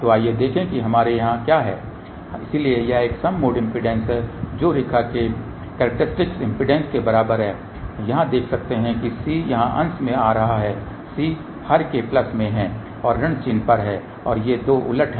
तो आइए देखें कि हमारे यहाँ क्या है इसलिए यह एक सम मोड इम्पीडेन्स है जो रेखा के करक्टेस्टिक्स इम्पीडेन्स के बराबर है यहाँ देख सकते हैं कि C यहाँ अंश में आ रहा है C हर के प्लस में है और ऋण चिन्ह पर है और ये 2 उलट हैं